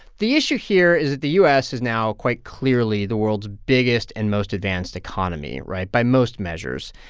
the issue here is that the u s. is now quite clearly the world's biggest and most advanced economy right? by most measures.